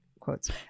Quotes